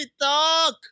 talk